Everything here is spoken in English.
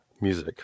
music